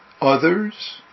others